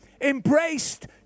embraced